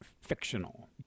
fictional